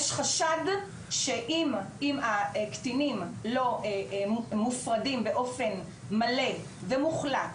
יש חשד שאם הקטינים לא מופרדים באופן מלא ומוחלט